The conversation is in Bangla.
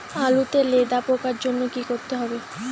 আলুতে লেদা পোকার জন্য কি করতে হবে?